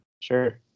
Sure